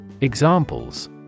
Examples